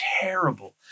terrible